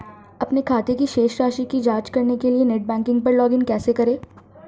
अपने खाते की शेष राशि की जांच करने के लिए नेट बैंकिंग पर लॉगइन कैसे करें?